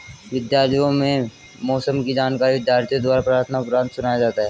विद्यालयों में मौसम की जानकारी विद्यार्थियों द्वारा प्रार्थना उपरांत सुनाया जाता है